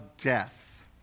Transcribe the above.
death